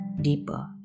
deeper